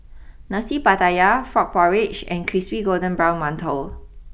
Nasi Pattaya Frog Porridge and Crispy Golden Brown Mantou